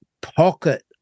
pocket